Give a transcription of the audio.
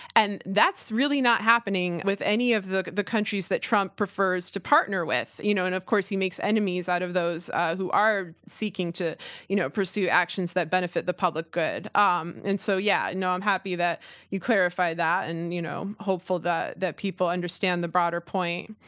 and that's really not happening with any of the the countries that trump prefers to partner with. you know and of course, he makes enemies out of those who are seeking to you know pursue actions that benefit the public good. um and so yeah, i'm happy that you clarified that, and you know, hopeful that people understand the broader point,